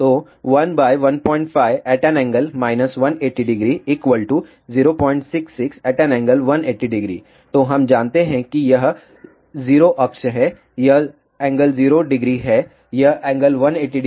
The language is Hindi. तो 115∠ 1800 066∠1800 तो हम जानते हैं कि यह 0 अक्ष है यह ∠00 है यह ∠1800 है